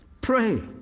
pray